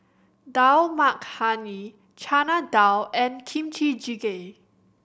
Dal Makhani Chana Dal and Kimchi Jjigae